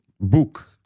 book